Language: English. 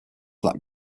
that